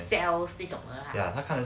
他看的是 cells 那种 lah